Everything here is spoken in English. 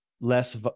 less